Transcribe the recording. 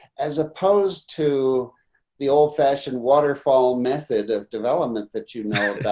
as opposed to the old fashioned waterfall method of development that you know,